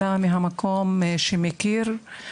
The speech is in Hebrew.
אלא ממקום שמכיר,